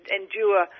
endure